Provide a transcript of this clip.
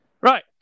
Right